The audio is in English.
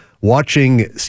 watching